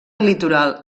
litoral